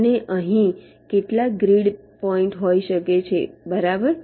અને અહીં કેટલાક ગ્રીડ પોઈન્ટ હોઈ શકે છે બરાબર